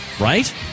right